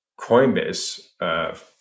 Coinbase